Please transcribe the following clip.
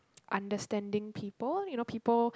understanding people you know people